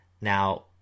Now